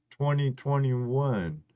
2021